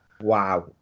Wow